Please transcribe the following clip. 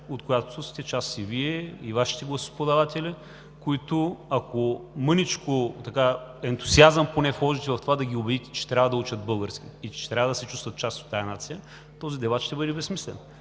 от която сте част и Вие, и Вашите гласоподаватели, които, ако вложите мъничко ентусиазъм поне в това да ги убедите, че трябва да учат български и че трябва да се чувстват част от тази нация, този дебат ще бъде безсмислен.